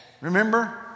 Remember